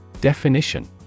Definition